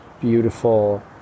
beautiful